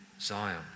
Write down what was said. Zion